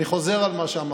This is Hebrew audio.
אני חוזר על מה שאמרתי.